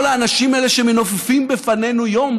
כל האנשים האלה שמנופפים בפנינו יום,